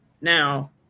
now